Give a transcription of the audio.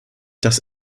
das